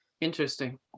interesting